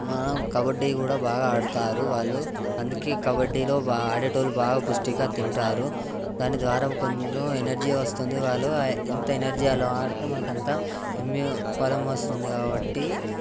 మనం కబడ్డీ కూడా బాగా ఆడుతారు వాళ్ళు అందుకే కబడ్డీలో ఆడే వాళ్ళు బాగా పుష్టిగా తింటారు దాని ద్వారా కొంచెం ఎనర్జీ వస్తుంది వాళ్ళు ఎంత ఎనర్జీ వాళ్ళు ఆడితే అంత ఇమ్యు బలం వస్తుంది కాబట్టి